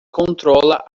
controla